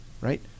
right